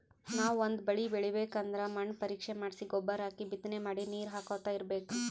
ನಾವ್ ಒಂದ್ ಬಳಿ ಬೆಳಿಬೇಕ್ ಅಂದ್ರ ಮಣ್ಣ್ ಪರೀಕ್ಷೆ ಮಾಡ್ಸಿ ಗೊಬ್ಬರ್ ಹಾಕಿ ಬಿತ್ತನೆ ಮಾಡಿ ನೀರ್ ಹಾಕೋತ್ ಇರ್ಬೆಕ್